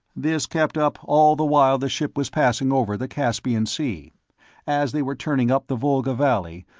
this kept up all the while the ship was passing over the caspian sea as they were turning up the volga valley,